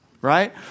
right